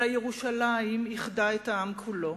אלא ירושלים איחדה את העם כולו.